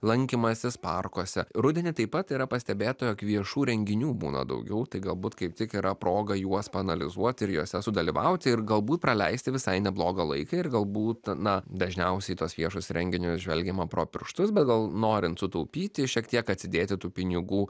lankymasis parkuose rudenį taip pat yra pastebėta jog viešų renginių būna daugiau tai galbūt kaip tik yra proga juos paanalizuoti ir juose sudalyvauti ir galbūt praleisti visai neblogą laiką ir galbūt na dažniausiai į tuos viešus renginius žvelgiama pro pirštus bet gal norint sutaupyti šiek tiek atsidėti tų pinigų